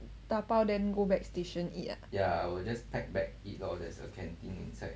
打包 then go back station eat ah